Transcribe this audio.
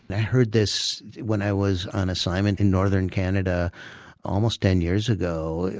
i heard this when i was on assignment in northern canada almost ten years ago,